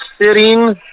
sitting